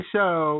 Show